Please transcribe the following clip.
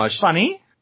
funny